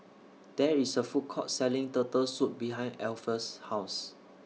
There IS A Food Court Selling Turtle Soup behind Alpheus' House